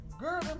Girl